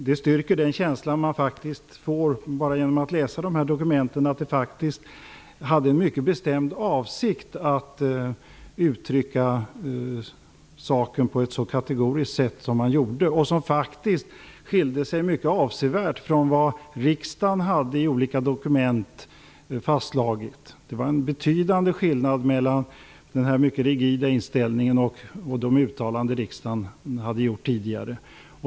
Det styrker den känsla man får bara genom att läsa dokumenten, nämligen att det fanns en mycket bestämd avsikt med att uttrycka saken på ett så kategoriskt sätt. Det skilde sig avsevärt från vad riksdagen hade fastslagit i olika dokument. Det var en betydande skillnad mellan denna mycket rigida inställning och de uttalanden riksdagen hade gjort tidigare.